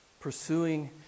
Pursuing